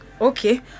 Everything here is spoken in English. okay